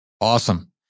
Awesome